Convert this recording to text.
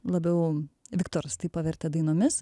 labiau viktoras tai pavertė dainomis